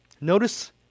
Notice